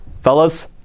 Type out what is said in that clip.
fellas